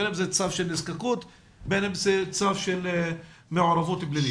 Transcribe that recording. בין אם זה צו של נזקקות ובין אם זה צו של מעורבות פלילית?